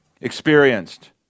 experienced